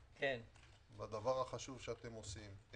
בדבר החשוב שאתם עושים.